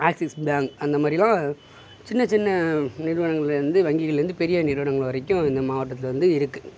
axis bank அந்த மாதிரிலாம் சின்ன சின்ன நிறுவனங்கள்லேருந்து வங்கிகள்லேருந்து பெரிய நிறுவனங்கள் வரைக்கும் இந்த மாவட்டத்தில் வந்து இருக்கு